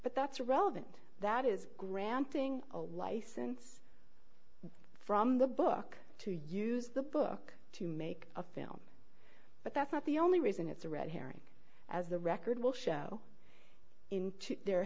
but that's irrelevant that is granting a license from the book to use the book to make a film but that's not the only reason it's a red herring as the record will show in there